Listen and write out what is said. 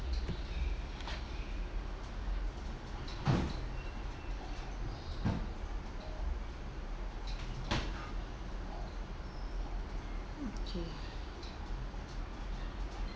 okay